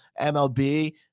MLB